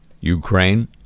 Ukraine